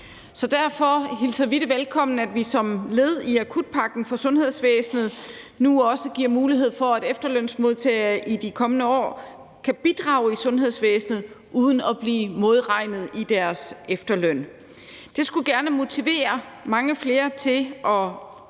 Så derfor hilser vi det velkommen, at vi som led i akutpakken for sundhedsvæsenet nu også giver mulighed for, at efterlønsmodtagere i de kommende år kan bidrage i sundhedsvæsenet uden at blive modregnet i deres efterløn. Det skulle gerne motivere mange flere til at tage